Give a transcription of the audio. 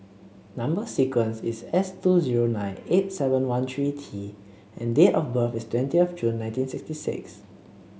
number sequence is S two zero nine eight seven one three T and date of birth is twentieth June nineteen sixty six